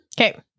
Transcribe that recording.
Okay